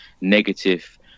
negative